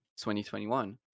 2021